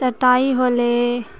चटाइ होलै